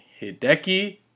Hideki